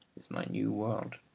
is my new world.